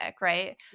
right